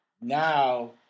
now